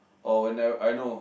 oh when I I know